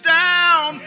down